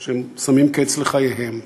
שמרצון שמים קץ לחייהם.